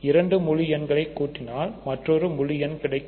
இரண்டு முழுஎண்களை கூட்டினாள் மற்றொரு முழு எண் கிடைக்கும்